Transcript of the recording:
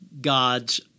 God's